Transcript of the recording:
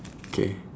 K